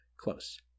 close